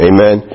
Amen